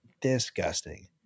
Disgusting